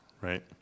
right